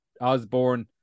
Osborne